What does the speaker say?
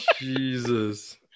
Jesus